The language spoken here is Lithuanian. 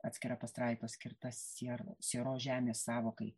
atskira pastraipa skirta sier sieros žemės sąvokai